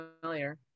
familiar